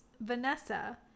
Vanessa